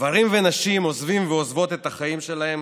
גברים ונשים עוזבים ועוזבות את החיים שלהם